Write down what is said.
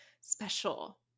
special